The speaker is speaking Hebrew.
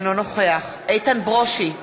אינו נוכח איתן ברושי,